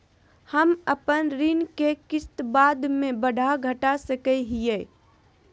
हम अपन ऋण के किस्त बाद में बढ़ा घटा सकई हियइ?